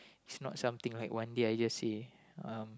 it's not something like one day I just say um